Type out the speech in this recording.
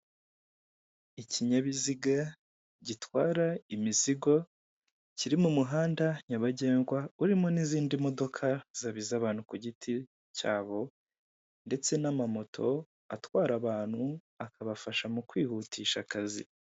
Ikinyabiziga gitwara imizigo, kiri mu muhanda nyabagendwa urimo n'izindi modoka, zaba iz'abantu ku giti cyabo ndetse n'amamoto atwara abantu, akabafasha mu kwihutisha akazi.